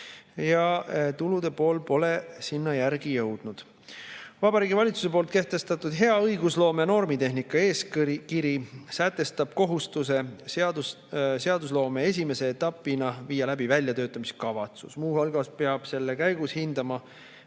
ja tulude pool pole järele jõudnud. Vabariigi Valitsuse kehtestatud hea õigusloome ja normitehnika eeskiri sätestab kohustuse seadusloome esimese etapina [koostada] väljatöötamiskavatsus. Muu hulgas peab selle käigus hindama,